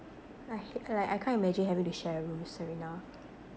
I ha~ like I can't imagine having to share a room with serena